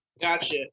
Gotcha